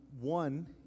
one